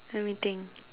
let me think